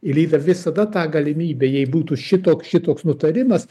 ir yra visada ta galimybė jei būtų šitoks šitoks nutarimas